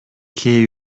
кээ